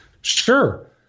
Sure